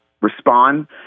respond